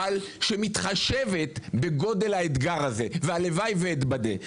אבל שמתחשבת בגודל האתגר הזה, והלוואי ואתבדה.